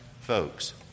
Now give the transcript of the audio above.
folks